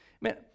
Man